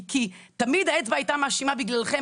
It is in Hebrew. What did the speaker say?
כי תמיד האצבע הייתה מאשימה בגללכם,